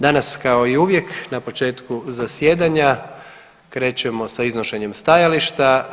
Danas kao i uvijek na početku zasjedanja krećemo sa iznošenjem stajališta.